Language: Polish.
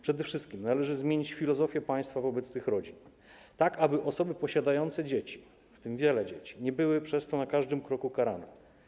Przede wszystkim należy zmienić filozofię państwa wobec tych rodzin, tak aby osoby posiadające dzieci, w tym wiele dzieci, nie były przez to na każdym kroku karane.